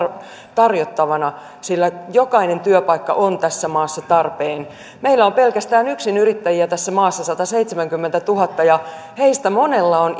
tarjottavana sillä jokainen työpaikka on tässä maassa tarpeen meillä on pelkästään yksinyrittäjiä tässä maassa sataseitsemänkymmentätuhatta ja heistä monella on